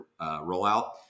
rollout